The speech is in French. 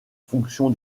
fonction